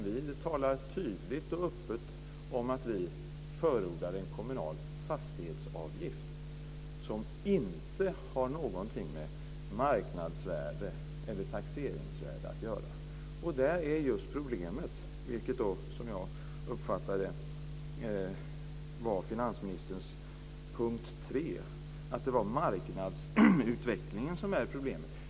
Vi talar tydligt och öppet om att vi förordar en kommunal fastighetsavgift som inte har någonting med marknadsvärde eller taxeringsvärde att göra. Det är problemet. Jag uppfattade att det var finansministerns tredje punkt, dvs. att det är marknadsutvecklingen som är problemet.